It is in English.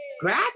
grab